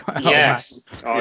Yes